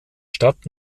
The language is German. stadt